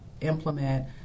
implement